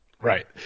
Right